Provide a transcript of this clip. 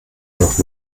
noch